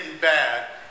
bad